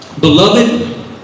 Beloved